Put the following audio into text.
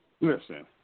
Listen